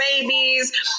babies